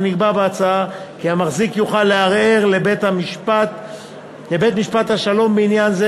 נקבע בהצעה כי המחזיק יוכל לערער לבית-משפט השלום בעניין זה